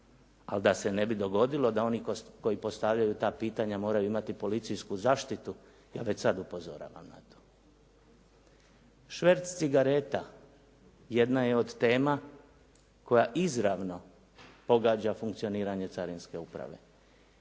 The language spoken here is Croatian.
Ali da se ne bi dogodilo da oni koji postavljaju ta pitanja moraju imati policijsku zaštitu, ja već sada upozoravam na to. Šverc cigareta, jedna je od tema koja izravno pogađa funkcioniranje Carinske uprave